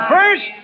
First